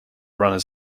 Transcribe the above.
runners